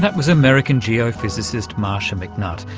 um was american geophysicist marcia mcnutt,